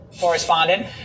Correspondent